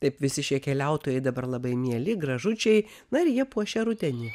taip visi šie keliautojai dabar labai mieli gražučiai na ir jie puošia rudenį